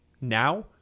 now